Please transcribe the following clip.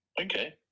Okay